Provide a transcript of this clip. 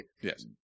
Yes